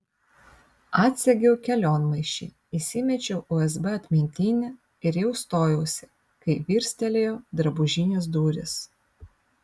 atsegiau kelionmaišį įsimečiau usb atmintinę ir jau stojausi kai virstelėjo drabužinės durys